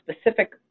specific